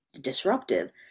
disruptive